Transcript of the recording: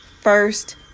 first